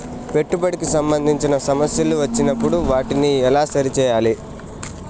పెట్టుబడికి సంబంధించిన సమస్యలు వచ్చినప్పుడు వాటిని ఎలా సరి చేయాలి?